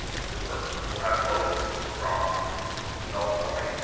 if it works, we'll have folks from fells point,